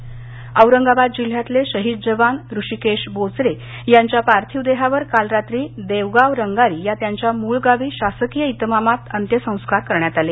शहीद जवान औरंगाबाद जिल्ह्यातले शहीद जवान ऋषीकेश बोचरे यांच्या पार्थिव देहावर काल रात्री देवगाव रंगारी या त्यांच्या मूळ गावी शासकीय इतमामात अत्यंसंस्कार करण्यात आले